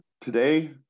Today